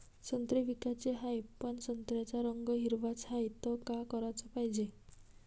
संत्रे विकाचे हाये, पन संत्र्याचा रंग हिरवाच हाये, त का कराच पायजे?